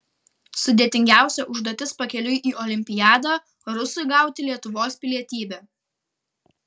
sudėtingiausia užduotis pakeliui į olimpiadą rusui gauti lietuvos pilietybę